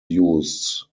used